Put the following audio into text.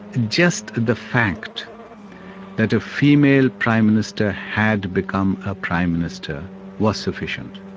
just the fact that a female prime minister had become a prime minister was sufficient.